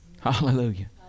Hallelujah